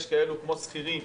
יש כאלו כמו שכירים